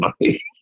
money